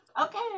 okay